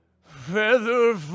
Feather